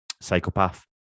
psychopath